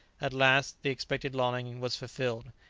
at last, the expected longing was fulfilled.